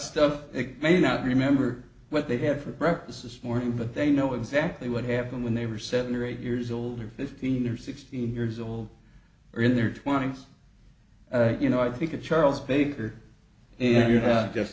stuff it may not remember what they had for breakfast this morning but they know exactly what happened when they were seven or eight years old or fifteen or sixteen years old or in their twenty's you know i think of charles baker and you're